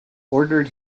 ordered